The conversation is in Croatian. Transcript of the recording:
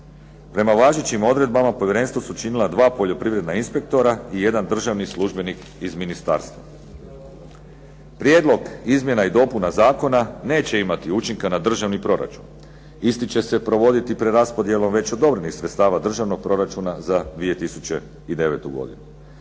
Prema važećim odredbama povjerenstvo su činila dva poljoprivredna inspektora i jedan državni službenik iz ministarstva. Prijedlog izmjena i dopuna Zakona neće imati učinka na državni proračun. Isti će se provoditi preraspodjelom već odobrenih sredstava državnog proračuna za 2009. godinu.